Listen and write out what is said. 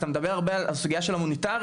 אתה מדבר הרבה על הסוגייה של הומניטרי,